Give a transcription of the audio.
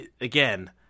again